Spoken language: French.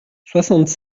soixante